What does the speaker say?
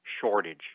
shortage